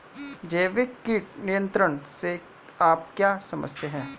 जैविक कीट नियंत्रण से आप क्या समझते हैं?